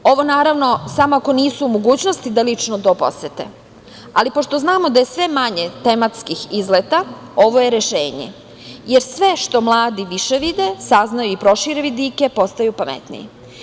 Ovo, naravno, samo ako nisu u mogućnosti da lično to posete, ali pošto znamo da je sve manje tematskih izleta, ovo je rešenje, jer sve što mladi više vide, saznaju i prošire vidike postaju pametniji.